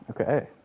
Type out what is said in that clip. Okay